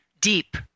deep